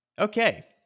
Okay